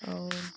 और